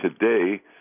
today